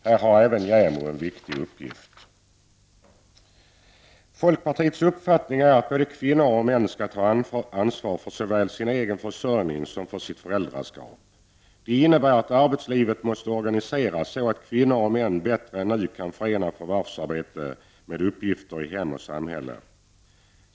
Där har även regeringen en viktig uppgift. Folkpartiets uppfattning är att både kvinnor och män skall ta ansvar för såväl sin egen försörjning som sitt föräldraskap. Det innebär att arbetslivet måste organiseras så att kvinnor och män bättre än nu kan förena förvärvsarbete med uppgifter i hem och samhälle.